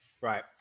Right